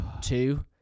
two